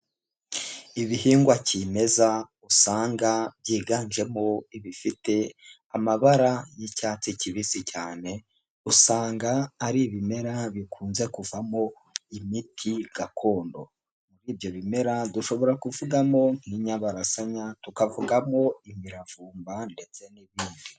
Ibihingwa kimeza usanga byiganjemo ibifite amabara y'icyatsi kibisi cyane, usanga ari ibimera bikunze kuvamo imiti gakondo, muri ibyo bimera dushobora kuvugamo nk'inyabarasanya, tukavugamo imiravumba ndetse n'ibindi.